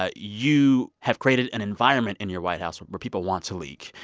ah you have created an environment in your white house where people want to leak.